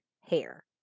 hair